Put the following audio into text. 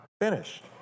finished